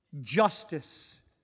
justice